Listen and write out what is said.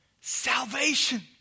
salvation